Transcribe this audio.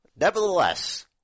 Nevertheless